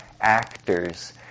actors